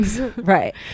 right